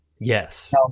Yes